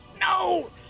no